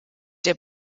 der